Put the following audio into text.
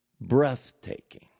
Breathtaking